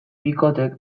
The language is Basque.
bikotek